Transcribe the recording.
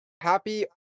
happy